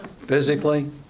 Physically